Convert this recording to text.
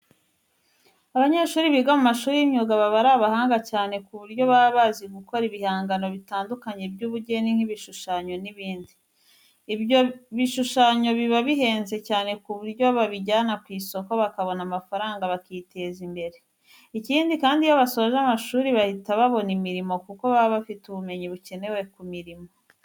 Abanyeshuri biga mu mashuri y'imyuga baba ari abahanga cyane ku buryo baba bazi gukora ibihangano bitandukanye by'ubugeni nk'ibishushanyo n'ibindi. Ibyo bishushanyo biba bihenze cyane ku buryo babijyana ku isoko bakabona amafaranga bakiteza imbere. Ikindi kandi, iyo basoje amashuri bahita babona imirimo kuko baba bafite ubumenyi bukenewe ku murimo.